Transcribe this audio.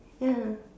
ya